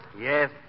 Yes